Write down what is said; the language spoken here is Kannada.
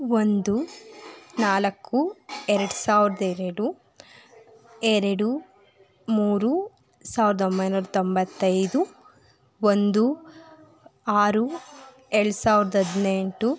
ಒಂದು ನಾಲ್ಕು ಎರಡು ಸಾವಿರದ ಎರಡು ಎರಡು ಮೂರು ಸಾವಿರದ ಒಂಬೈನೂರ ತೊಂಬತ್ತೈದು ಒಂದು ಆರು ಎರಡು ಸಾವಿರದ ಹದಿನೆಂಟು